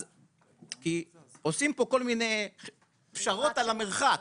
אז עושים פה כל מיני פשרות על המרחק,